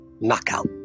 knockout